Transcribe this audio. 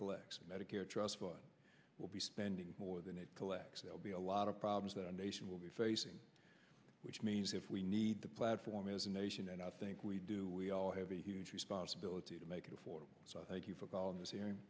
collects medicare trust fund will be spending more than it collects there'll be a lot of problems the nation will be facing which means if we need the platform as a nation and i think we do we all have a huge responsibility to make it affordable so i thank you for calling this hearing